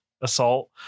assault